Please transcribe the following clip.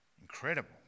Incredible